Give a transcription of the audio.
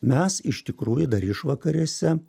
mes iš tikrųjų dar išvakarėse